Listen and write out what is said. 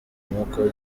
nk’uko